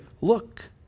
look